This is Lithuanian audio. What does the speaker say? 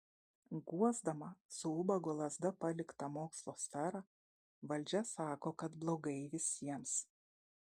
guosdama su ubago lazda paliktą mokslo sferą valdžia sako kad blogai visiems